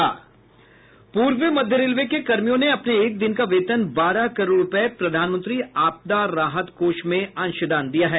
पूर्व मध्य रेलवे के कर्मियों ने अपने एक दिन का वेतन बारह करोड़ रुपये प्रधानमंत्री आपदा राहत कोष में अंशदान दिया है